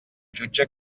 jutge